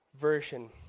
version